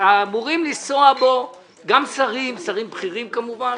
שאמורים לנסוע בו גם שרים, שרים בכירים כמובן,